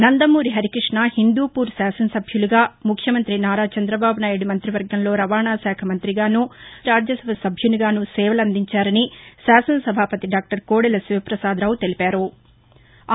నందమూరి హరికృష్ణ హిందూపూర్ శాసన సభ్యులుగా ముఖ్యమంతి నారా చంద్రబాబు నాయుడు మంతివర్గంలో రవాణా శాఖ మంతిగానూ రాజ్యసభ సభ్యునిగానూ సేవలందించారని శాసన సభాపతి డాక్టర్ కోడెల శివపసాద్రావు తెలిపారు